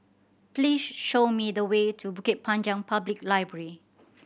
please show me the way to Bukit Panjang Public Library